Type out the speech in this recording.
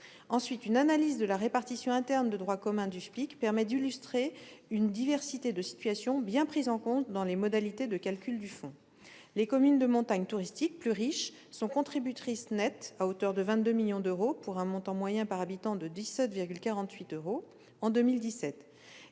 Ensuite, une analyse de la répartition interne de droit commun du FPIC permet d'illustrer une diversité de situations bien prise en compte dans les modalités de calcul du Fonds. Les communes de montagne touristiques, plus riches, sont contributrices nettes à hauteur de 22 millions d'euros, pour un montant moyen par habitant de 17,48 euros en 2017.